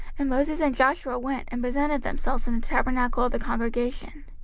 and moses and joshua went, and presented themselves in the tabernacle of the congregation.